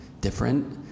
different